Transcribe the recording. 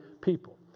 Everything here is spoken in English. people